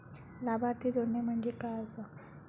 लाभार्थी जोडणे म्हणजे काय आसा?